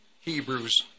Hebrews